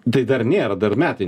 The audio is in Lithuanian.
tai dar nėra dar metai